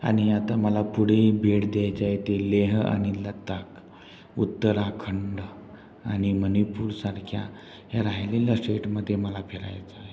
आणि आता मला पुढेही भेट द्यायची आहे ते लेह आणि लडाख उत्तराखंड आणि मणिपूरसारख्या ह्या राहिलेलं स्टेटमध्ये मला फिरायचं आहे